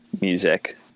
music